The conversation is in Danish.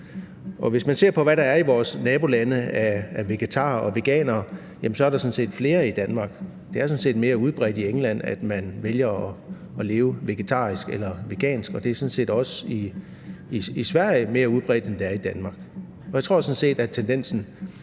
Hvis man ser på, hvad der sker i vores nabolande i forhold til vegetarer og veganere, er der sådan set flere end i Danmark. Det er mere udbredt i England, at man vælger at leve vegetarisk eller vegansk, og det er sådan set også mere udbredt i Sverige, end det er i Danmark. Jeg tror sådan set, at tendensen